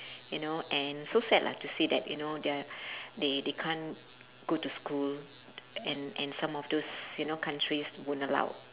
you know and so sad lah to see that you know they're they they can't go to school and and some of those you know countries won't allow